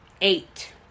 eight